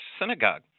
synagogue